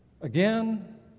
again